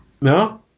no